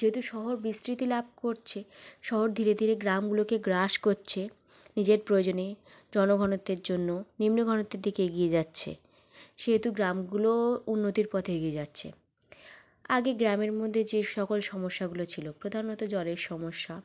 যেহেতু শহর বিস্তৃতি লাভ করছে শহর ধীরে ধীরে গ্রামগুলোকে গ্রাস করছে নিজের প্রয়োজনে জনঘনত্বের জন্য নিম্ন ঘনত্বের দিকে এগিয়ে যাচ্ছে সেহেতু গ্রামগুলো উন্নতির পথে এগিয়ে যাচ্ছে আগে গ্রামের মধ্যে যে সকল সমস্যাগুলো ছিল প্রধানত জলের সমস্যা